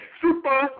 super